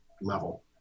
level